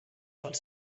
pels